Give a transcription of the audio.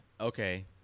Okay